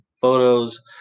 photos